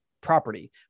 property